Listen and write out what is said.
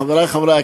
חברי חברי הכנסת,